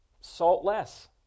saltless